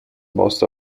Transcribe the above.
most